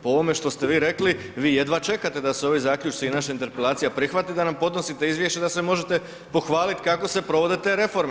Po ovome što ste vi rekli vi jedva čekate da se ovi zaključci i naša interpelacija prihvati da nam podnosite izvješća da se možete pohvaliti kako se provode te reforme.